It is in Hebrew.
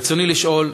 רצוני לשאול: